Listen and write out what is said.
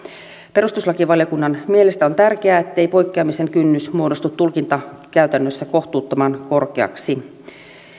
perustuslakivaliokunnan mielestä on tärkeää ettei poikkeamisen kynnys muodostu tulkintakäytännössä kohtuuttoman korkeaksi